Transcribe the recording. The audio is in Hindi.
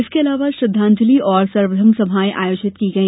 इसके अलावा श्रद्वांजलि और सर्वधर्म सभाएं आयोजित की गई